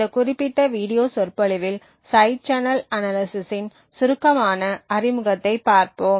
இந்த குறிப்பிட்ட வீடியோ சொற்பொழிவில் சைடு சேனல் அனாலிசிஸின் சுருக்கமான அறிமுகத்தைப் பார்ப்போம்